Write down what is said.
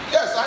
Yes